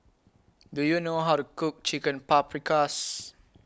Do YOU know How to Cook Chicken Paprikas